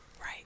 Right